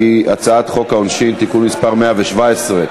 הצעת חוק העונשין (תיקון מס' 117)